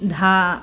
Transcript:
धा